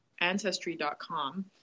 Ancestry.com